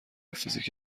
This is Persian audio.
فیزیک